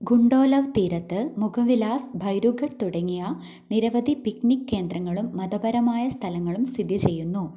ഗുണ്ടോലവ് തീരത്ത് മുഖവിലാസ് ഭൈരു ഘട്ട് തുടങ്ങിയ നിരവധി പിക്നിക് കേന്ദ്രങ്ങളും മതപരമായ സ്ഥലങ്ങളും സ്ഥിതിചെയ്യുന്നു